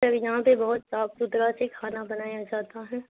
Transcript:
سر یہاں پہ بہت صاف ستھرا سے کھانا بنایا جاتا ہے